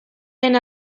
lehen